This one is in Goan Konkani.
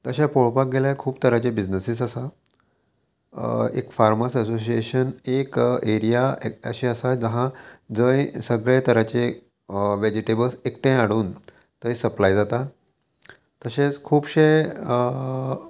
तशें पळोवपाक गेल्यार खूब तरांचे बिजनसीस आसा एक फार्मर्स असोसिएशन एक एरिया अशें आसा जाहा जंय सगळे तरांचे वेजिटेबल्स एकठांय हाडून थंय सप्लाय जाता तशेंच खुबशे